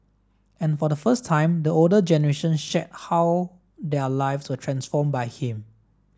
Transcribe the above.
and for the first time the older generation shared how their lives were transformed by him